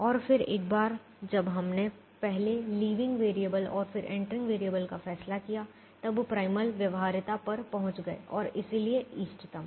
और फिर एक बार जब हमने पहले लीविंग वैरिएबल और फिर एंटरिंग वेरिएबल का फैसला किया हम प्राइमल व्यवहार्यता पर पहुंच गए और इसलिए इष्टतम